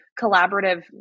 collaborative